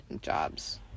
jobs